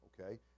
okay